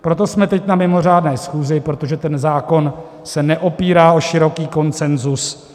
Proto jsme teď na mimořádné schůzi, protože ten zákon se neopírá o široký konsenzus.